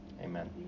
Amen